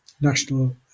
National